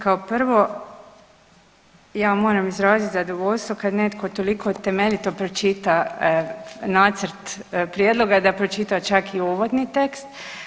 Kao prvo, ja moram izraziti zadovoljstvo kad netko toliko temeljito pročita nacrt prijedloga, da je pročitao čak i uvodni tekst.